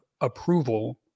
approval